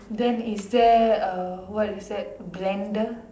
then is there uh what is that blender